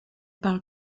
parle